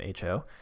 HO